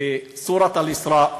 בסורת אל-איסרא',